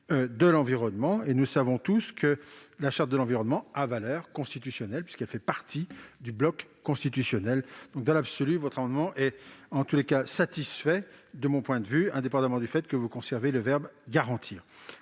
de l'environnement. » Nous savons tous que la Charte de l'environnement a valeur constitutionnelle, puisqu'elle fait partie du bloc constitutionnel. Dans l'absolu, votre amendement me semble satisfait, indépendamment du fait que vous conserviez le verbe « garantir